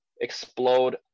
explode